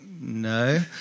no